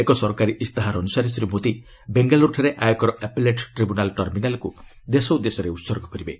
ଏକ ସରକାରୀ ଇସ୍ତାହାର ଅନ୍ତସାରେ ଶ୍ରୀ ମୋଦି ବେଙ୍ଗାଲୁରୁଠାରେ ଆୟକର ଆପେଲେଟ୍ ଟ୍ରିବ୍ୟୁନାଲ୍ ଟର୍ମିନାଲ୍କୁ ଦେଶ ଉଦ୍ଦେଶ୍ୟରେ ଉତ୍ଦର୍ଗ କରିବେ